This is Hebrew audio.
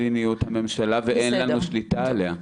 כיוון שזו מדיניות הממשלה ואין לנו שליטה עליה.